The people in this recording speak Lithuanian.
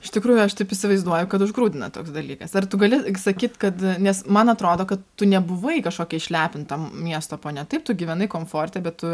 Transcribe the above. iš tikrųjų aš taip įsivaizduoju kad užgrūdina toks dalykas ar tu gali sakyt kad nes man atrodo kad tu nebuvai kažkokia išlepinta miesto ponia taip tu gyvenai komforte bet tu